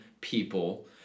people